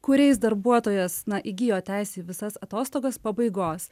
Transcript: kuriais darbuotojas na įgijo teisę į visas atostogas pabaigos